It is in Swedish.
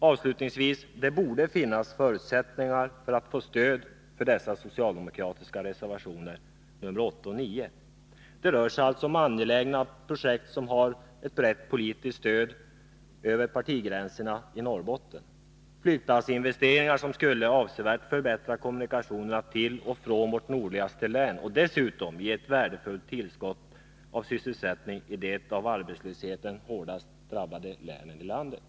Avslutningsvis vill jag säga att det borde finnas förutsättning att få stöd för de socialdemokratiska reservationerna nr 8 och 9. Det rör alltså angelägna projekt som har ett brett politiskt stöd över partigränserna i Norrbotten — flygplatsinvesteringar som skulle avsevärt förbättra kommunikationerna till och från vårt nordligaste län och dessutom ge ett värdefullt tillskott av sysselsättning i det av arbetslösheten hårdast drabbade länet i landet.